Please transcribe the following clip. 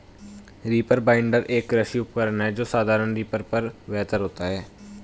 reaper binder, एक कृषि उपकरण है जो साधारण रीपर पर बेहतर होता है